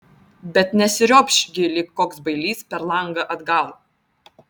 bet nesiropš gi lyg koks bailys per langą atgal